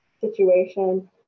situation